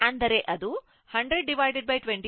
ಅಂದರೆ ಅದು 100 25 4 ampere ಆಗಿದೆ